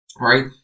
right